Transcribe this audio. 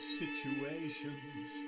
situations